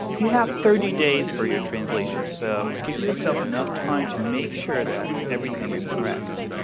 you have thirty days for your translation, so give yourself enough time to make sure that everything is correct.